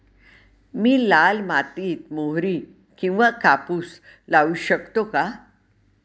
मी लाल मातीत मोहरी किंवा कापूस लावू शकतो का?